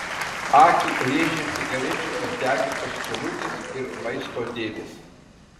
akį rėžė cigarečių išdegintos skylutės ir maisto dėmės